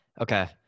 Okay